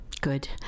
Good